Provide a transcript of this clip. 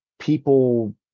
people